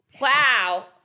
Wow